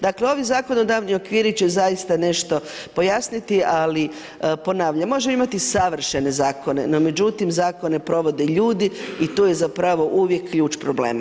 Dakle, ovi zakonodavni okviri će zaista nešto pojasniti, ali ponavljam, možemo imati savršene zakone no međutim zakone provode ljudi i tu je zapravo uvijek ključ problema.